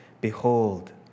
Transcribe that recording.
Behold